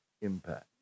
impact